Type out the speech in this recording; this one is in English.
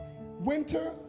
Winter